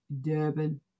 Durban